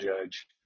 Judge